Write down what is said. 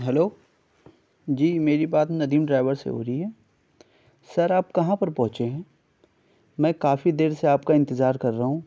hello جی میری بات ندیم ڈرائیور سے ہو رہی ہے سر آپ کہاں پر پہنچے ہیں میں کافی دیر سے آپ کا انتظار کر رہا ہوں